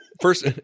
first